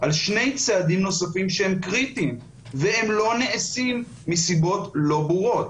על שני צעדים נוספים שהם קריטיים והם לא נעשים מסיבות לא ברורות.